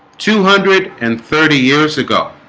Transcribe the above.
two hundred and thirty years ago